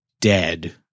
dead